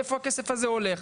לאן הכסף הזה הולך,